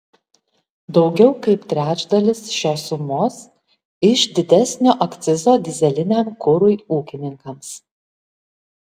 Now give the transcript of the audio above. daugiau kaip trečdalis šios sumos iš didesnio akcizo dyzeliniam kurui ūkininkams